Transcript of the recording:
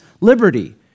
liberty